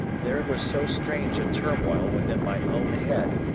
there was so strange a turmoil within my own head,